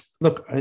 Look